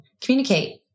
communicate